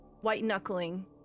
white-knuckling